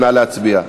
נא להצביע.